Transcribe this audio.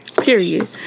Period